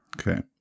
Okay